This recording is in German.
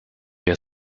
wir